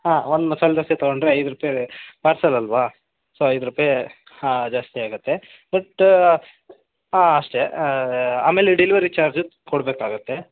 ಹಾಂ ಒಂದು ಮಸಾಲೆ ದೋಸೆ ತೊಗೊಂಡರೆ ಐದು ರೂಪಾಯಿ ಪಾರ್ಸಲ್ ಅಲ್ಲವಾ ಸೊ ಐದು ರೂಪಾಯಿ ಹಾಂ ಜಾಸ್ತಿ ಆಗುತ್ತೆ ಬಟ್ ಆಂ ಅಷ್ಟೇ ಆಮೇಲೆ ಡೆಲಿವರಿ ಚಾರ್ಜಸ್ ಕೊಡಬೇಕಾಗತ್ತೆ